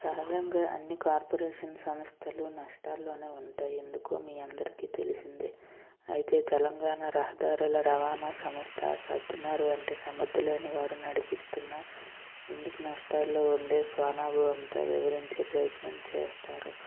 సహజంగా అన్ని కార్పొరేషన్ సంస్థలు నష్టాల్లోనే ఉంటాయి ఎందుకో మీ అందరికీ తెలిసిందే అయితే తెలంగాణ రహదారుల రవాణా సంస్థ సజ్జనారు వంటి సమర్థులైన వారు నడిపిస్తున్నా ఎందుకు నష్టాల్లో ఉంది స్వానాభువంతో వివరించే ప్రయత్నం చేస్తారు